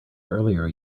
earlier